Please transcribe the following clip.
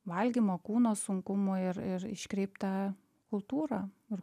valgymo kūno sunkumų ir ir iškreiptą kultūrą ir